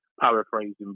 paraphrasing